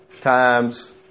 times